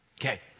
Okay